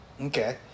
Okay